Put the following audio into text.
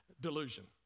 delusion